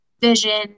vision